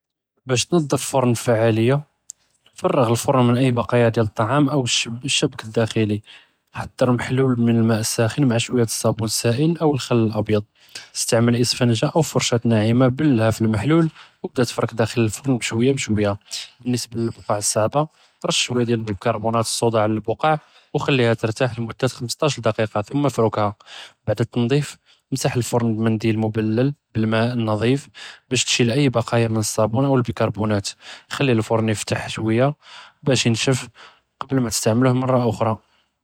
באש תנצ׳ף פרן בפעאליה, פרע׳ אלפרן מן איי בקאיא דיאל א־טעאם או א־שבק אלדאחלי, חצ׳ר מחלול מן אלמאא א־סאח׳ן מע שוי דיאל א־סאבון א־סאיל אוול אלח׳ל אלביאצ׳, אסתעמל אספונג׳ה או פרשאנה נאעמה בללהא פי אלמחלול ו בדא תפראק דאכל אלפרן בשויה בשויה, בלניסבה ללבקוע א־צעבה רשע שוי דיאל ביקרבונאת א־סודא עלא אלבקוע ו חלהא תרתאח ל־מודה 15 דקיקה תם אפרקהא, בעד א־תנצ׳יף אמסח אלפרן במנדיל מבולל ב־אלמאא א־נזיף באש תשיל איי בקאיא מן א־סאבון או א־ביקרבונאת, חלי אלפרן יפתח שויה באש ינשף קבל מא תסתעמלוה מרה אכרה.